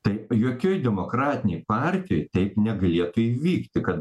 tai jokioj demokratinėj partijoj taip negalėtų įvykti kad